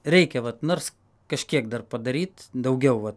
reikia vat nors kažkiek dar padaryt daugiau va